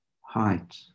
height